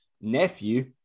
nephew